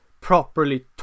properly